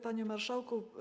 Panie Marszałku!